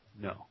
No